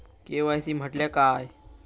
KYC म्हटल्या काय?